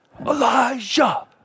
Elijah